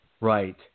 right